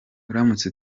uramutse